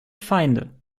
feinde